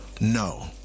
no